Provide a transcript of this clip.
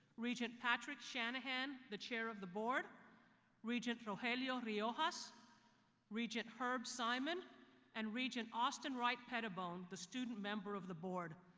regent patrick shanahan, the chair of the board regent rogelio riojas regent herb simon and regent austin wright-pettibone, the student member of the board.